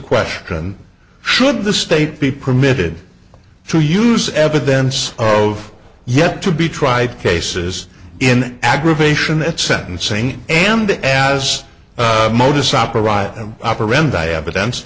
question should the state be permitted to use evidence of yet to be tried cases in aggravation at sentencing and as modus operandi operandi evidence